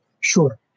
Sure